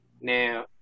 Now